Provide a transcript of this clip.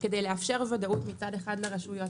כדי לאפשר ודאות מצד אחד לרשויות,